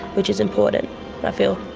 which is important i feel.